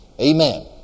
Amen